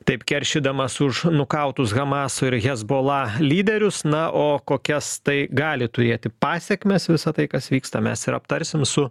taip keršydamas už nukautus hamaso ir hezbollah lyderius na o kokias tai gali turėti pasekmes visa tai kas vyksta mes ir aptarsim su